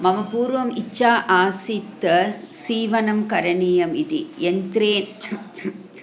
मम पूर्वम् इच्छा आसीत् सीवनं करणीयम् इति यन्त्रे